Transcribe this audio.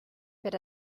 per